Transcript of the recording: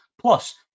Plus